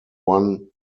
won